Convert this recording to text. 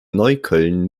neukölln